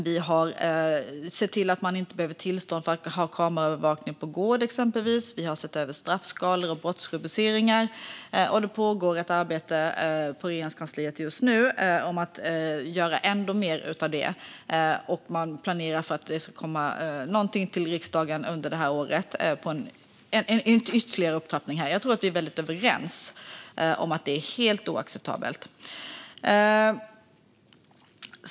Vi har exempelvis sett till att det inte behövs tillstånd för att ha kameraövervakning på gård och sett över straffskalor och brottsrubriceringar. Det pågår just nu ett arbete på Regeringskansliet med att göra ännu mer av det. Man planerar också för att det under det här året ska komma någonting till riksdagen om en ytterligare upptrappning av det här. Jag tror att vi är överens om att det är helt oacceptabelt.